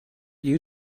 you